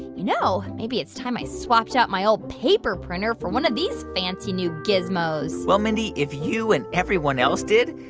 you know, maybe it's time i swapped out my old paper printer for one of these fancy, new gizmos well, mindy, if you and everyone else did,